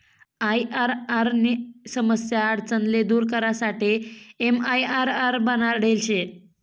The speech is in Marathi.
आईआरआर नी समस्या आडचण ले दूर करासाठे एमआईआरआर बनाडेल शे